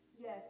Yes